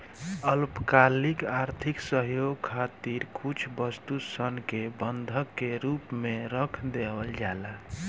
अल्पकालिक आर्थिक सहयोग खातिर कुछ वस्तु सन के बंधक के रूप में रख देवल जाला